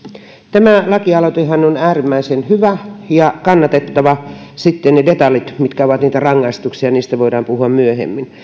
tämä lakialoitehan on äärimmäisen hyvä ja kannatettava sitten niistä detaljeista mitkä ovat niitä rangaistuksia voidaan puhua myöhemmin